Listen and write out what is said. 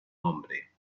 hombre